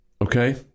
Okay